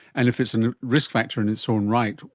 and if it's a risk factor in its own right,